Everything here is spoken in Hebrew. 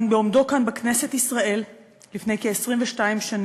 דבריו של יצחק רבין בעומדו כאן בכנסת ישראל לפני כ-22 שנים,